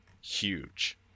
Huge